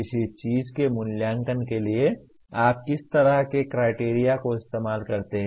किसी चीज के मूल्यांकन के लिए आप किस तरह के क्राइटेरिया का इस्तेमाल करते हैं